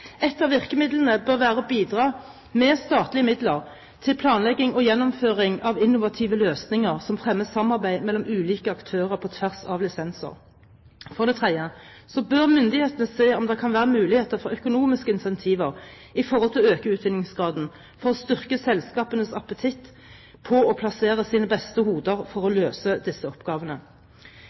Et av virkemidlene bør være å bidra med statlige midler til planlegging og gjennomføring av innovative løsninger som fremmer samarbeid mellom ulike aktører på tvers av lisenser. For det tredje: Myndighetene bør se om det kan være muligheter for økonomiske incentiver for å øke utvinningsgraden for å styrke selskapenes appetitt på å plassere sine beste hoder til å løse disse oppgavene.